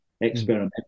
experimental